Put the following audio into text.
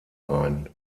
ein